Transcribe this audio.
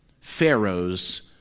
Pharaoh's